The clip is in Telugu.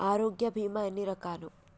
ఆరోగ్య బీమా ఎన్ని రకాలు?